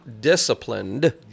disciplined